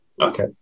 Okay